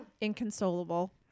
inconsolable